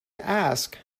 ask